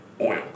oil